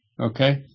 okay